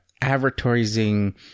advertising